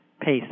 pace